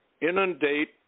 inundate